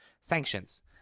sanctions